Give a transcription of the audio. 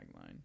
tagline